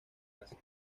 asia